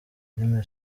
filime